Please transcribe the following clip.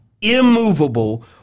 immovable